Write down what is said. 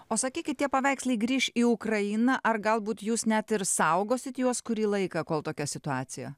o sakykit tie paveikslai grįš į ukrainą ar galbūt jūs net ir saugosit juos kurį laiką kol tokia situacija